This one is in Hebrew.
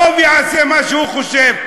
הרוב יעשה מה שהוא חושב.